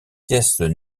pièces